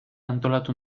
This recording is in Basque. antolatu